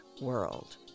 world